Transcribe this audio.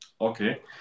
okay